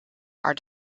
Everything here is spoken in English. are